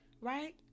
right